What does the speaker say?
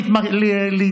אם אתה לא רוצה לשמוע,